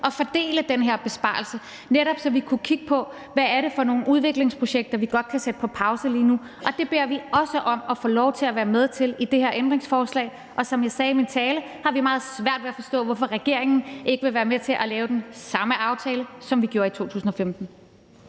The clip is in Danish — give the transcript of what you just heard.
at fordele den her besparelse, så vi netop kunne kigge på, hvad det var for nogle udviklingsprojekter vi godt kunne sætte på pause lige nu, og det beder vi også om at få lov til at være med til i det her ændringsforslag. Og som jeg sagde i min tale, har vi meget svært ved at forstå, hvorfor regeringen ikke vil være med til at lave den samme aftale, som vi gjorde i 2015.